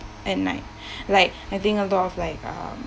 at night like I think a lot of like uh